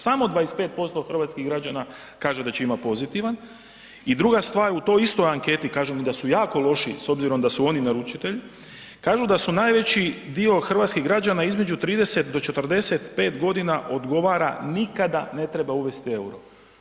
Samo 25% hrvatskih građana kaže da će imat pozitivan i druga stvar, u toj istoj anketi, kažu mi da su jako loši s obzirom da su oni naručitelji, kažu da su najveći dio hrvatskih građana iz među 30 do 45 g. odgovara nikada ne treba uvesti euro.